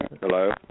Hello